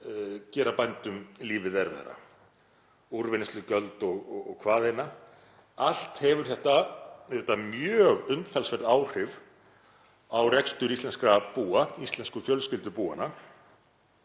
gera bændum lífið erfiðara, úrvinnslugjöld og hvaðeina. Allt hefur þetta auðvitað umtalsverð áhrif á rekstur íslenskra búa, íslensku fjölskyldubúanna